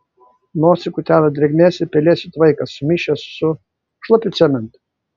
nosį kutena drėgmės ir pelėsių tvaikas sumišęs su šlapiu cementu